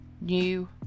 new